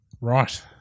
Right